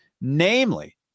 namely